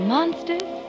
Monsters